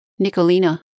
Nicolina